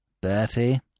Bertie